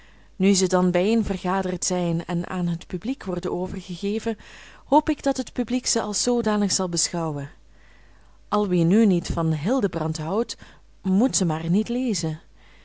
nu ze dan bijeenvergaderd zijn en aan het publiek worden overgegeven hoop ik dat het publiek ze als zoodanig zal beschouwen al wie nu niet van hildebrand houdt moet ze maar niet lezen